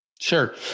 Sure